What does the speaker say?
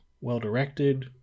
well-directed